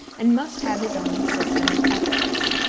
and must have his own system of ethics.